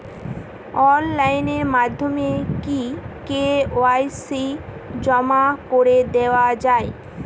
Online মাধ্যমে কি KYC জমা করে দেওয়া য়ায়?